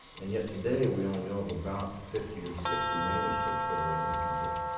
and yet today we only know of about fifty or sixty manuscripts that are in istanbul.